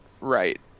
right